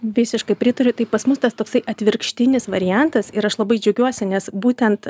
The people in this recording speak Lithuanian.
visiškai pritariu tai pas mus tas toksai atvirkštinis variantas ir aš labai džiaugiuosi nes būtent